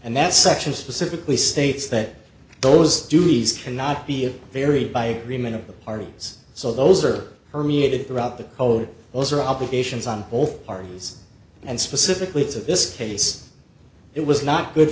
that section specifically states that those duties cannot be a very by agreement of the parties so those are permeated throughout the code also obligations on both parties and specifically to this case it was not a good